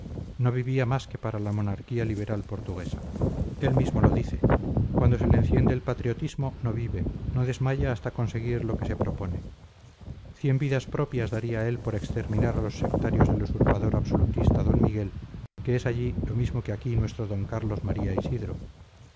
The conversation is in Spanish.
no vivía más que para la monarquía liberal portuguesa él mismo lo dice cuando se le enciende el patriotismo no vive no desmaya hasta conseguir lo que se propone cien vidas propias daría él por exterminar a los sectarios del usurpador absolutista d miguel que es allí lo mismo que aquí nuestro d carlos maría isidro